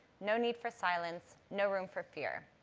no need for silence, no room for fear.